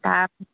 তাৰ